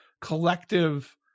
collective